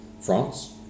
France